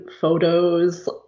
photos